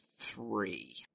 three